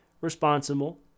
responsible